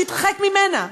שיתרחק ממנה,